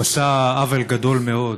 הוא עשה עוול גדול מאוד.